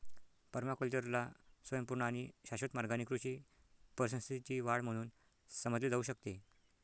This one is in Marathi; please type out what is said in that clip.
पर्माकल्चरला स्वयंपूर्ण आणि शाश्वत मार्गाने कृषी परिसंस्थेची वाढ म्हणून समजले जाऊ शकते